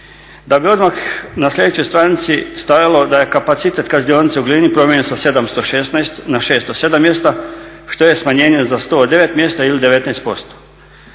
Da bi odmah na sljedećoj stranici stajalo da je kapacitet kaznionice u Glini promijenjen sa 716 na 607 mjesta što je smanjenje za 109 mjesta ili 19%.